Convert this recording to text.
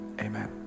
amen